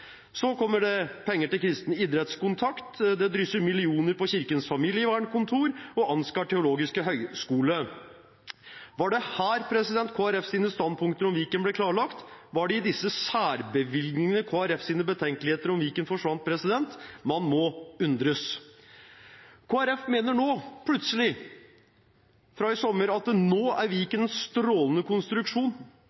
Så kommer det penger til Kristen Idrettskontakt. Det drysser millioner på Kirkens Familievernkontor og Ansgar Teologiske Høgskole. Var det her Kristelig Folkepartis standpunkter om Viken ble klarlagt? Var det i disse særbevilgningene Kristelig Folkepartis betenkeligheter om Viken forsvant? Man må undres. Kristelig Folkeparti mener nå plutselig, fra i sommer, at nå er